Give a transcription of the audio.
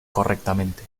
correctamente